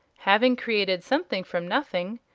having created something from nothing,